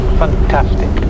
fantastic